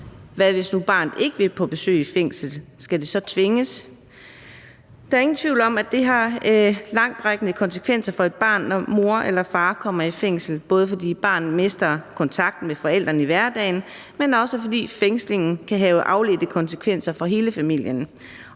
Hvad nu, hvis barnet ikke vil på besøg i fængslet, skal det så tvinges? Der er ingen tvivl om, at det har langtrækkende konsekvenser, når mor eller far kommer i fængsel, både fordi barnet mister kontakten med forældrene i hverdagen, men også fordi fængslingen kan have afledte konsekvenser for hele familien,